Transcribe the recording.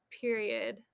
period